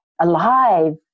alive